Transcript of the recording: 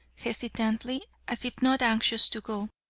hesitatingly, as if not anxious to go.